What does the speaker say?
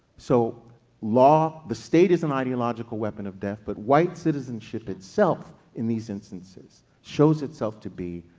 so law, the state is an ideological weapon of death, but white citizenship itself in these instances shows itself to be,